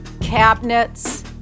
cabinets